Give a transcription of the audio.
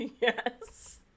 Yes